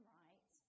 right